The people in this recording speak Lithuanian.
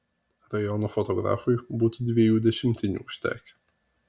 rajono fotografui būtų dviejų dešimtinių užtekę